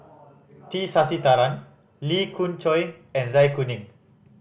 T Sasitharan Lee Khoon Choy and Zai Kuning